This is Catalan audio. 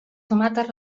tomates